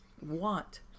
want